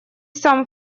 сам